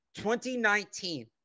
2019